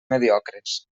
mediocres